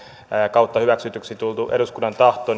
kautta hyväksytyksi tullut eduskunnan tahto